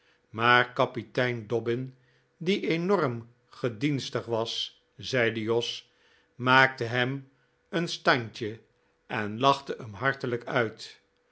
maar kapitein dobbin die enorm gedienstig was zeide jos maakte hem een standje en lachte hem hartelijk uit